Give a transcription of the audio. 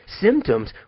symptoms